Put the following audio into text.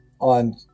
on